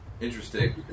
Interesting